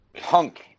punk